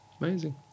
amazing